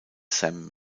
sam